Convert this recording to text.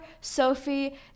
Sophie